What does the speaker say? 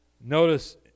Notice